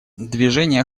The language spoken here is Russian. движение